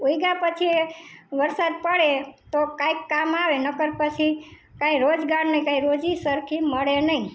ઉગ્યા પછી એ વરસાદ પડે તો કાંઈક કામ આવે નહિતર પછી કાંઇ રોજગારને કાંઇ રોજી સરખી મળે નહી